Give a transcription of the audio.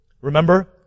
Remember